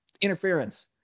interference